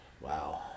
Wow